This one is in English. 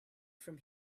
from